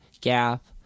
gap